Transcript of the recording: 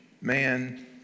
man